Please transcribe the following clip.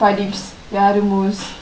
படிப்ஸ் யாரு:padips yaaru most